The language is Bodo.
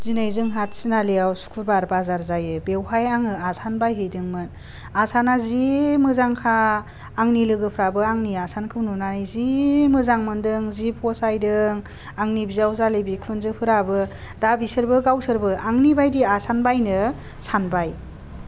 दिनै जोंहा तिनालियाव सुक्रुबार बाजार जायो बेवहाय आङो आसान बायहैदोंमोन आसाना जि मोजांखा आंनि लोगोफ्राबो आंनि आसानखौ नुनानै जि मोजां मोन्दों जि फसायदों आंनि बिजावजालि बिखुनजोफोराबो दा बिसोरबो गावसोरबो आंनि बादि आसान बायनो सानबाय